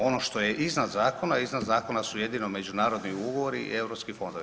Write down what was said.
Ono što je iznad zakona, iznad zakona su jedino međunarodni ugovori i europski fondovi.